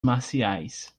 marciais